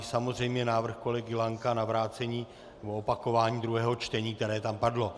Samozřejmě návrh kolegy Lanka na vrácení nebo opakování druhého čtení, který tam padl.